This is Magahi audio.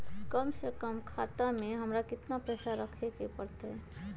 कम से कम खाता में हमरा कितना पैसा रखे के परतई?